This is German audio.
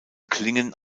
klingen